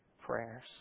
prayers